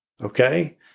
Okay